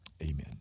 Amen